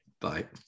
Bye